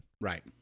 Right